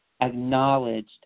acknowledged